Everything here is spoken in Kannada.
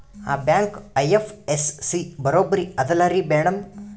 ಆ ಬ್ಯಾಂಕ ಐ.ಎಫ್.ಎಸ್.ಸಿ ಬರೊಬರಿ ಅದಲಾರಿ ಮ್ಯಾಡಂ?